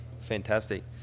Fantastic